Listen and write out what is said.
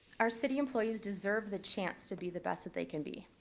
our city employees deserve the chance to be the best that they can be.